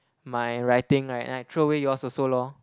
my writing right then I throw away yours also lor